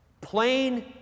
Plain